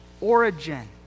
origin